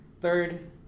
third